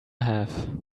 have